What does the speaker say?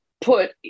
put